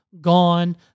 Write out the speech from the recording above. gone